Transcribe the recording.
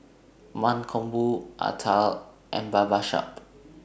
Mankombu Atal and Babasaheb